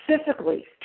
specifically